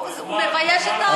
הוא מבייש את הישראליות שלנו.